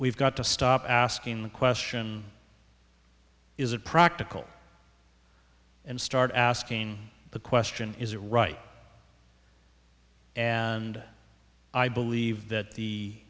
we've got to stop asking the question is it practical and start asking the question is it right and i believe th